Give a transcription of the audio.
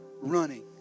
running